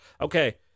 Okay